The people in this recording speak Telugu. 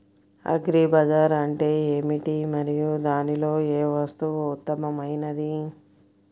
అగ్రి బజార్ అంటే ఏమిటి మరియు దానిలో ఏ వస్తువు ఉత్తమమైనది?